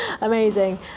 Amazing